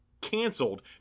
canceled